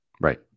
Right